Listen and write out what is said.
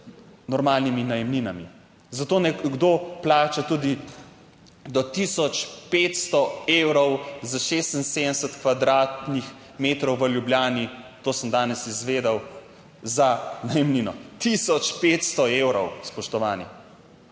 normalnimi najemninami. Zato nekdo plača tudi do 1500 evrov za 76 kvadratnih metrov v Ljubljani. To sem danes izvedel, za najemnino 1500 evrov, spoštovani.